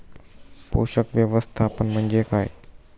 पोषक व्यवस्थापन म्हणजे काय?